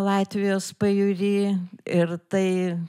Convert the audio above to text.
latvijos pajūry ir tai